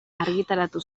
argitaratu